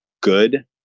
good